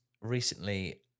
recently